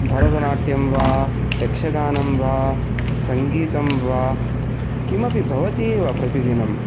भरतनाट्यं वा यक्षगानं वा सङ्गीतं वा किमपि भवति एव प्रतिदिनम्